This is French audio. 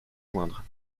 joindre